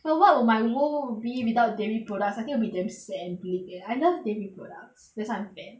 but what will my world be without dairy products I think will be damn sad and bleak leh I love dairy products that's why I'm fat